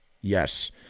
Yes